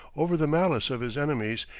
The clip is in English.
over the malice of his enemies,